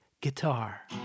guitar